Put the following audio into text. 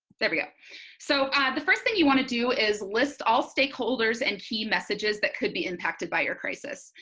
there yeah so the first thing you want to do is list all stakeholders and key messages that could be impacted by your crisis.